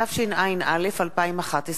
התשע”א 2011,